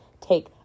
take